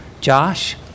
Josh